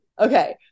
Okay